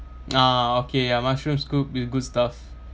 ah okay ya mushroom soup with good stuff